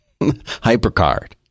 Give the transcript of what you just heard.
Hypercard